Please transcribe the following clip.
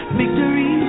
victory